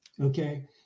Okay